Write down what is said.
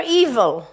evil